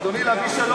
אדוני, להביא שלום.